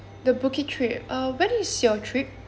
the bookit trip uh when is your trip